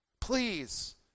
Please